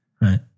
Right